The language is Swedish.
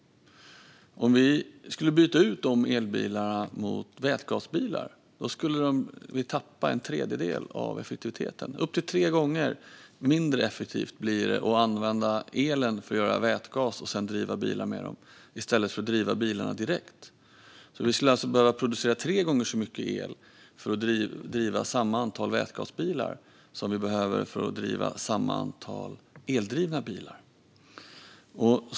Skulle vi byta ut dessa elbilar mot vätgasbilar skulle vi tappa en tredjedel av effektiviteten. Det är upp till tre gånger mindre effektivt att använda el för att göra vätgas att driva bilar med än att driva bilarna med el direkt. Vi skulle alltså behöva producera tre gånger så mycket el för att driva samma antal vätgasbilar som antalet elbilar.